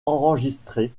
enregistrée